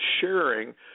sharing